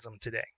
today